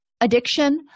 addiction